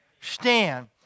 stand